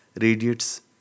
radiates